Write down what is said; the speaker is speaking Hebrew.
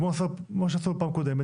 כמו שעשו פעם קודמת,